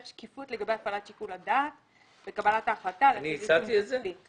שקיפות לגבי הפעלת שיקול הדעת בקבלת ההחלטה להטיל עיצום כספי: